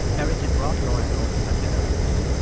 eric had brought lauren home to have dinner with them.